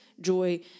joy